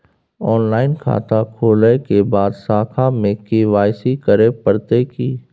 Online खाता खोलै के बाद शाखा में के.वाई.सी करे परतै की?